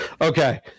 Okay